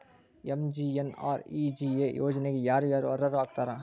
MGNREGA ಯೋಜನೆಗೆ ಯಾರ ಯಾರು ಅರ್ಹರು ಆಗ್ತಾರ?